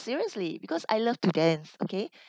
seriously because I love to dance okay